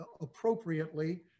appropriately